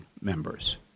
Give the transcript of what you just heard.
members